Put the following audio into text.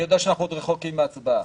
אני יודע שאנחנו עוד רחוקים מהצבעה,